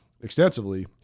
extensively